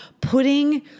putting